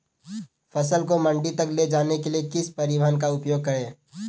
फसल को मंडी तक ले जाने के लिए किस परिवहन का उपयोग करें?